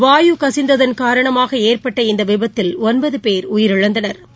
வாயு கசிந்ததன் காரணமாக ஏற்பட்ட இந்த விபத்தில் ஒன்பது பேர் உயிரிழந்தனா்